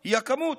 הוא הכמות.